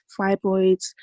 fibroids